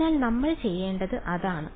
അതിനാൽ നമ്മൾ ചെയ്യേണ്ടത് അതാണ്